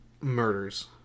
murders